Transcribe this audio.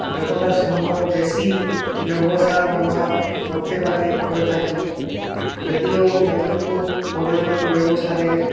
যতটা সম্ভব বেশি জৈব সার ব্যবহার করতে পারি করে থাকি যদিও যতটুকু প্রয়োজন জৈব সারের